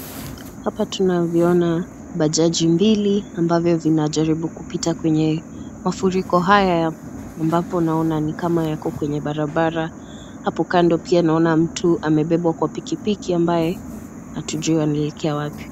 Hapa tunavyoona bajaji mbili ambavyo vinajaribu kupita kwenye mafuriko haya ambapo naona ni kama yako kwenye barabara. Hapo kando pia naona mtu amebebwa kwa pikipiki ambaye hatujui anaelekea wapi.